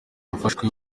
yafashe